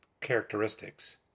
characteristics